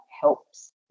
helps